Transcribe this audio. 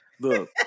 Look